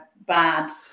bad